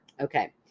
Okay